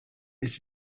it’s